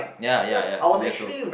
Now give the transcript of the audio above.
ya ya ya two years old